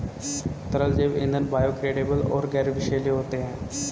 तरल जैव ईंधन बायोडिग्रेडेबल और गैर विषैले होते हैं